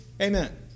amen